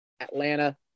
Atlanta